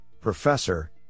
professor